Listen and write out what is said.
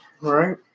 Right